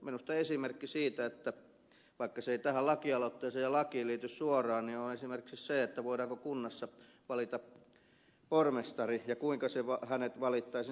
minusta esimerkki siitä vaikka se ei tähän lakialoitteeseen ja lakiin liity suoraan on vaikkapa se voidaanko kunnassa valita pormestari ja kuinka hänet valittaisiin